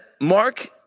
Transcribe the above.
Mark